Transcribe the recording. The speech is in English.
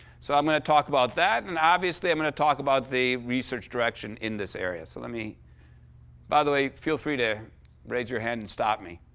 so i'm gonna talk about that, and obviously, i'm gonna talk about the research direction in this area, so let me by the way, feel free to raise your hand and stop me.